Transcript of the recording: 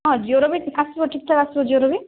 ହଁ ଜିଓର ବି ଆସିବ ଠିକଠାକ ଆସିବ ଜିଓର ବି